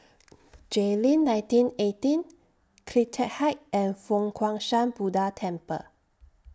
Jayleen nineteen eighteen CleanTech Height and Fo Guang Shan Buddha Temple